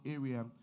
area